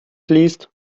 fließt